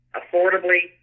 affordably